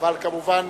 אבל אני כמובן